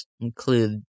include